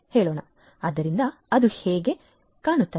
ಆದ್ದರಿಂದ ಅದು ಹೇಗೆ ಕಾಣುತ್ತದೆ